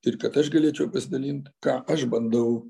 ir kad aš galėčiau pasidalint ką aš bandau